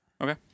Okay